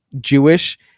Jewish